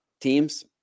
teams